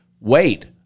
wait